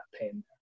pain